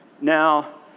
Now